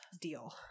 deal